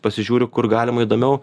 pasižiūriu kur galima įdomiau